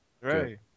right